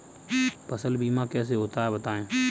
फसल बीमा कैसे होता है बताएँ?